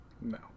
No